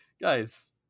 guys